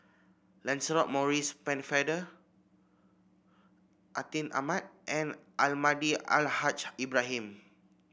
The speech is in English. Lancelot Maurice Pennefather Atin Amat and Almahdi Al Haj Ibrahim